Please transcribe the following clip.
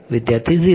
વિદ્યાર્થી 0